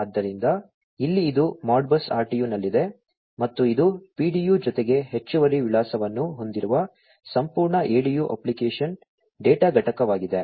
ಆದ್ದರಿಂದ ಇಲ್ಲಿ ಇದು Modbus RTU ನಲ್ಲಿದೆ ಮತ್ತು ಇದು PDU ಜೊತೆಗೆ ಹೆಚ್ಚುವರಿ ವಿಳಾಸವನ್ನು ಹೊಂದಿರುವ ಸಂಪೂರ್ಣ ADU ಅಪ್ಲಿಕೇಶನ್ ಡೇಟಾ ಘಟಕವಾಗಿದೆ